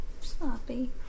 Sloppy